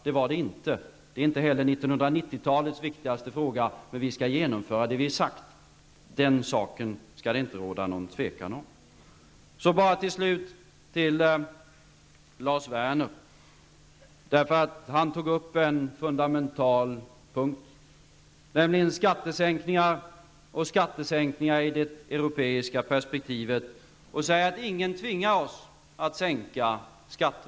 Det var de inte, och inte heller är de 1990 talets viktigaste fråga, men vi skall genomföra det vi sagt. Den saken skall det inte råda något tvivel om. Till slut vill jag rikta mig till Lars Werner, som tog upp en fundamental punkt, nämligen skattesänkningar och då även i det europeiska perspektivet. Han säger att ingen tvingar oss att sänka skatter.